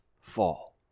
fall